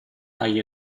hai